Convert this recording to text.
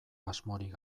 asmorik